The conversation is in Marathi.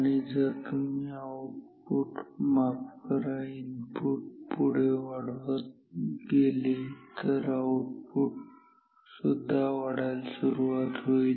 आणि जरी तुम्ही आउटपुट माफ करा इनपुट पुढे वाढवत वाढवत गेले तर आउटपुट वाढायला सुरुवात होईल